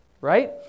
right